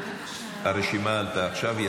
הרשימה עלתה עכשיו.